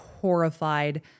horrified